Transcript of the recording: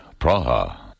Praha